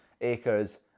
acres